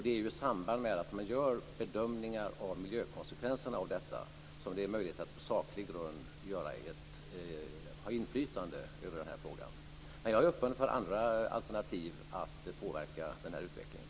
Det är i samband med att man gör bedömningar av miljökonsekvenserna av detta agerande som det är möjligt att på saklig grund ha inflytande över den här frågan. Men jag är öppen för andra alternativ att påverka utvecklingen.